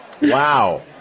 Wow